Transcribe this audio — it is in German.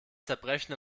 zerbrechen